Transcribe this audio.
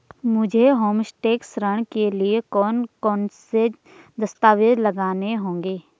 मुझे होमस्टे ऋण के लिए कौन कौनसे दस्तावेज़ लगाने होंगे?